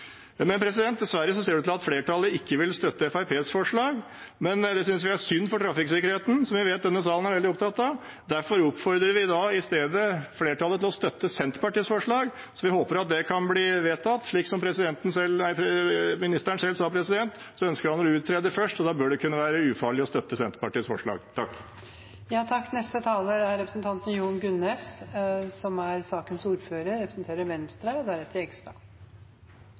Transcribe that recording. ser det ut til at flertallet ikke vil støtte Fremskrittspartiets forslag. Det synes vi er synd for trafikksikkerheten, som vi vet denne salen er veldig opptatt av. Derfor oppfordrer vi i stedet flertallet til å støtte Senterpartiets forslag, og vi håper at det kan bli vedtatt. Som ministeren selv sa, ønsker han å utrede først, og da bør det kunne være ufarlig å støtte Senterpartiets forslag. Til Arne Nævra, som nevner dette med unge sjåfører, var det jo litt dette med prikkbelastningen, som er